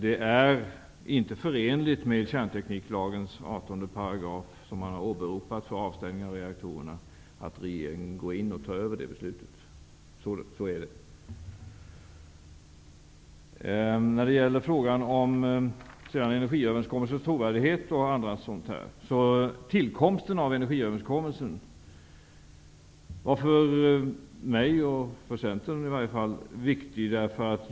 Det är inte förenligt med kärntekniklagens 18 §, som man har åberopat för avstängning av reaktorerna, att regeringen går in och tar över ett sådant beslut. När det gäller energiöverenskommelsens trovärdighet vill jag säga att tillkomsten av energiöverenskommelsen var för mig och Centern viktig.